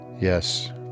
Yes